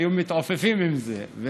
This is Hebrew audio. היו מתעופפים עם זה.